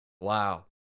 Wow